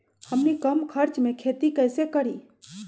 हमनी कम खर्च मे खेती कई से करी?